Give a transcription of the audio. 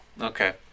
Okay